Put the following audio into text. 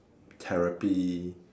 therapy